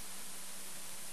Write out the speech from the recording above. בטוחני